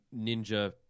ninja